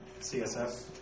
CSS